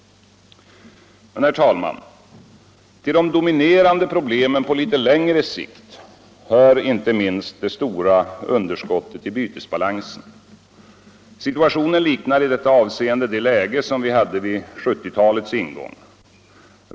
Herr talman! Till de dominerande problemen på litet längre sikt hör inte minst det stora underskottet i bytesbalansen. Situationen liknar i detta avseende det läge som vi hade vid 1970-talets ingång.